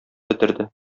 бетерде